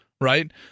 right